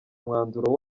umwanzuro